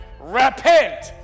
Repent